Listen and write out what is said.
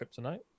kryptonite